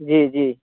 जी जी